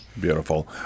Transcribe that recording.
Beautiful